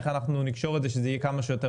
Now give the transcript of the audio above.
איך אנחנו נקשור את זה שזה יהיה כמה שיותר